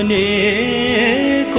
and a